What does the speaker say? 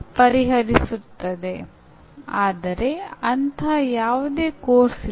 ಮೌಲ್ಯಮಾಪನವು ಅಂದಾಜುವಿಕೆಯ ವ್ಯಾಖ್ಯಾನವಾಗಿದೆ